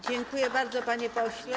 Dziękuję bardzo, panie pośle.